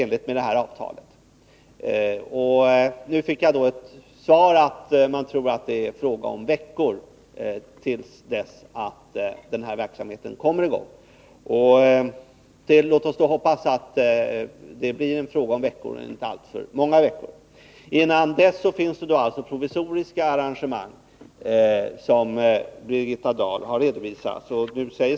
Nu fick jag svaret att man tror att det är fråga om veckor tills den här verksamheten kommer i gång. Låt oss hoppas att det blir en fråga om veckor, men inte alltför många veckor. Innan dess finns det alltså provisoriska arrangemang, som Birgitta Dahl har redovisat.